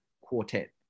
quartet